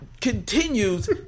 Continues